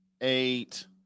eight